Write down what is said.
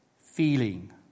feeling